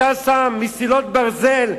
אתה שם מסילות ברזל,